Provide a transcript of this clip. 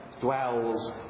dwells